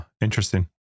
interesting